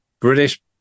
British